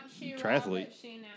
triathlete